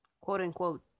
quote-unquote